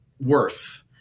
worth